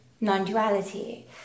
non-duality